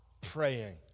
praying